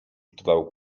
dodał